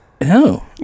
No